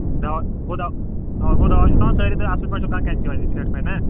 the گوٚو دَوا آ گوٚو دَوا چھُ ترٛاوَان سٲری تُہۍ اَصٕل پٲٹھۍ چھُ کَرَان کیٚنچی ویٚنچی ٹھیٖک سان نا